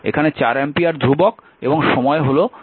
এখানে 4 অ্যাম্পিয়ার ধ্রুবক এবং সময় t হল 6 সেকেন্ড